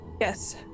Yes